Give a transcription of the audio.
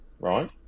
right